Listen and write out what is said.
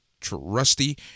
trusty